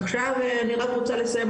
עכשיו אני רק רוצה לסיים,